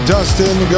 Dustin